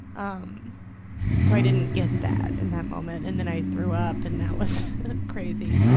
um so i didn't get that in that moment. and then i threw up, and that was crazy.